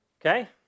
Okay